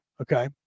Okay